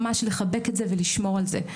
ממש לחבק את זה ולשמור על זה.